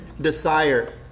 desire